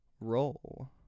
Roll